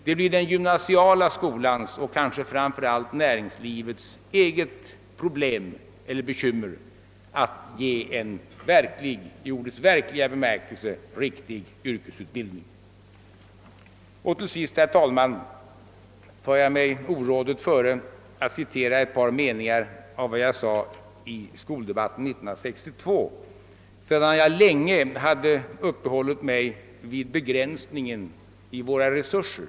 Det blir den gymnasiala skolans och kanske framför allt näringslivets eget bekymmer att ge en i ordets verkliga mening riktig yrkesutbildning. Herr talman! Till sist tar jag mig orådet före att citera några meningar av vad jag sade i skoldebatten 1962 sedan jag hade uppehållit mig vid begränsningen av våra resurser.